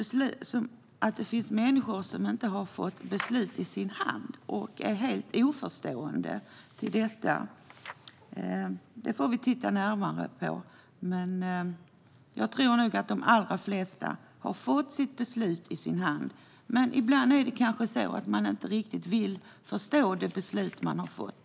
Uppgiften om att det finns människor som inte har fått beslut i sin hand och som är helt oförstående till detta får vi titta närmare på. Jag tror att de allra flesta har fått sina beslut i handen. Men ibland vill man kanske inte riktigt förstå det beslut man har fått.